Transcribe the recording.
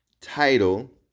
title